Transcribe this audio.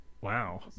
Wow